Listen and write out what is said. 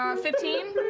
um fifteen